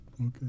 Okay